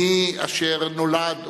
מי אשר נולד,